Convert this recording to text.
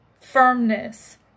firmness